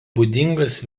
būdingas